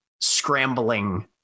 scrambling